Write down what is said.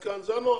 כן.